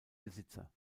besitzer